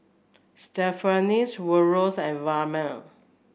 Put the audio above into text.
Stephany Woodrow and Vilma